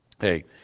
Hey